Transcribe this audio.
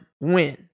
win